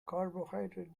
carbohydrate